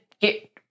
get